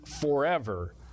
forever